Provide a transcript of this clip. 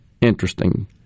interesting